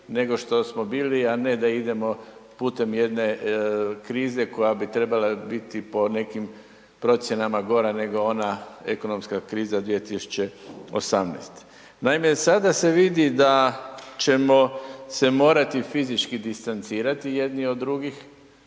nego što smo bili, a ne da idemo putem jedne krize koja bi trebala po nekim procjenama gora nego ona ekonomska kriza 2018. Naime, sada se vidi da ćemo se morati fizički distancirati jedni od drugim,